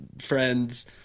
friends